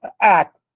act